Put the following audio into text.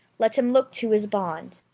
let him look to his bond.